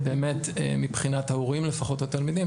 מבחינת ההורים לפחות והתלמידים,